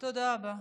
תודה רבה.